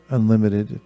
Unlimited